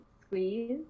squeeze